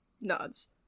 nods